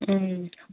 ꯎꯝ